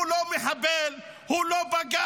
הוא לא מחבל, הוא לא פגע.